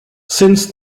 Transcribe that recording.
since